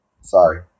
Sorry